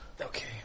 Okay